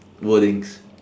wordings